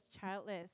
childless